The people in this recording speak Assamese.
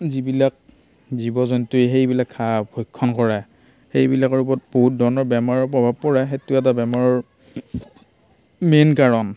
যিবিলাক জীৱ জন্তুই সেইবিলাক ঘাঁহ ভক্ষণ কৰে সেইবিলাকৰ ওপৰত বহুত ধৰণৰ বেমাৰৰ প্ৰভাৱ পৰে সেইটো এটা বেমাৰৰ মেইন কাৰণ